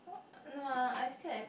what no ah I still have